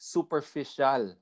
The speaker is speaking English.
Superficial